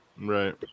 Right